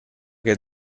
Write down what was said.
que